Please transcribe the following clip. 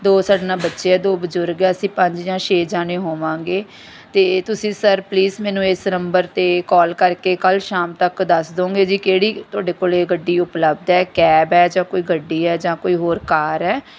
ਦੋ ਸਾਡੇ ਨਾਲ ਬੱਚੇ ਆ ਦੋ ਬਜ਼ੁਰਗ ਆ ਅਸੀਂ ਪੰਜ ਜਾਂ ਛੇ ਜਣੇ ਹੋਵਾਂਗੇ ਅਤੇ ਤੁਸੀਂ ਸਰ ਪਲੀਜ਼ ਮੈਨੂੰ ਇਸ ਨੰਬਰ 'ਤੇ ਕਾਲ ਕਰਕੇ ਕੱਲ੍ਹ ਸ਼ਾਮ ਤੱਕ ਦੱਸ ਦੋਗੇ ਜੀ ਕਿਹੜੀ ਤੁਹਾਡੇ ਕੋਲ ਗੱਡੀ ਉਪਲਬਧ ਹੈ ਕੈਬ ਹੈ ਜਾਂ ਕੋਈ ਗੱਡੀ ਹੈ ਜਾਂ ਕੋਈ ਹੋਰ ਕਾਰ ਹੈ